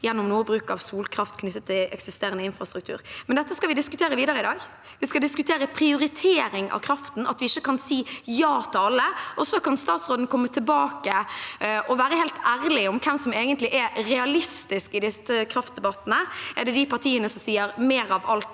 gjennom noe bruk av solkraft knyttet til eksisterende infrastruktur. Dette skal vi diskutere videre i dag, vi skal diskutere prioritering av kraften – at vi ikke kan si ja til alle. Så kan statsråden komme tilbake og være helt ærlig om hvem som egentlig er realistisk i disse kraftdebattene. Er det de partiene som sier mer av alt